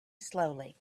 slowly